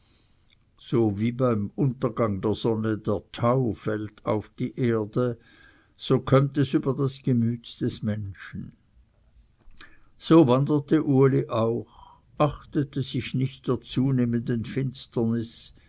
so wie beim untergang der sonne der tau fällt auf die erde so kömmt es über das gemüt des menschen so wanderte uli auch achtete sich nicht der zunehmenden finsternis